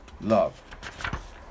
love